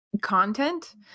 content